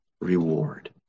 reward